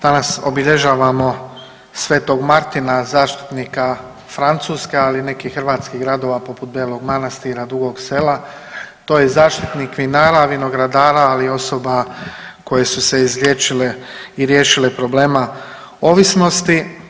Danas obilježavamo sv. Martina, zaštitnika Francuske, ali i nekih hrvatskih gradova poput Belog Manastira, Dugog Sela, to je zaštitnik vinara, vinogradara, ali i osoba koje su se izliječile i riješile problema ovisnosti.